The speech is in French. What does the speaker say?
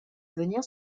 venir